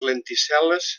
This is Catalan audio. lenticel·les